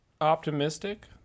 optimistic